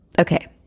Okay